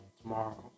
tomorrow